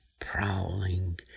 prowling